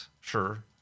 sure